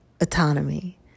autonomy